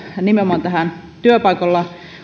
nimenomaan työpaikoilla